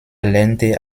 lernte